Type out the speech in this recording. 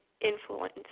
influence